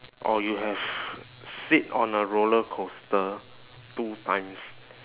or you have sit on a rollercoaster two times